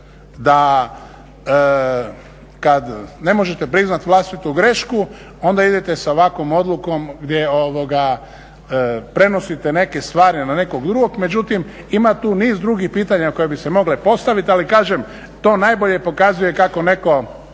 da kada ne možete priznati vlastitu grešku onda idete sa ovakvom odlukom gdje prenosite neke stvari na nekog drugog. Međutim, ima tu niz drugih pitanja koje bi se mogle postaviti. Ali kažem to najbolje pokazuje kako netko